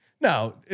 No